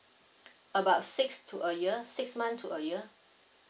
about six to a year six months to a year